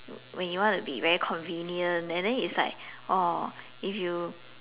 when you want to be very convenient and then is like oh if you